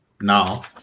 Now